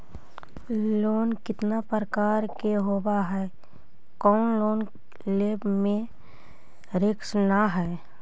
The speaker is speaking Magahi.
लोन कितना प्रकार के होबा है कोन लोन लेब में रिस्क न है?